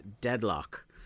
Deadlock